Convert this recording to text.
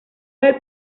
del